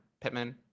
Pittman